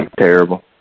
terrible